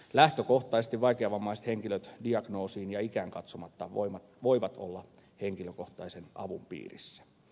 lähtökohtaisesti vaikeavammaiset henkilöt diagnoosiin ja ikään katsomatta voivat olla henkilökohtaisen avun piirissä